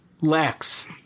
Lex